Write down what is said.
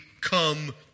come